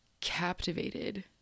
captivated